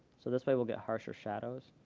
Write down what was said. so this way we'll get harsher shadows.